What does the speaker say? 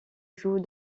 joue